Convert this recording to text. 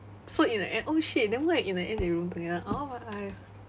so in the end oh shit then what if in the end they room together oh my eye